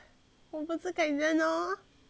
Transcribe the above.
我不是 kai zhen lor